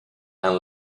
and